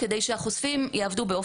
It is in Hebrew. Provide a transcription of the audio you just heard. תכניו נקבעים על ידי צוות המכון והנהלתו ללא